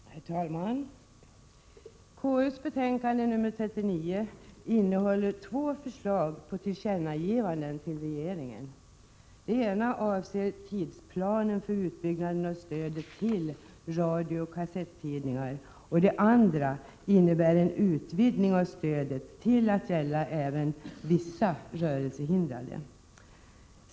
Herr talman! Konstitutionsutskottets betänkande 39 innehåller två förslag om tillkännagivanden till regeringen. Det ena förslaget avser tidsplanen för utbyggnaden av stödet till radiooch kassettidningar. Det andra förslaget innebär en utvidgning av stödet till att gälla även vissa rörelsehindrade.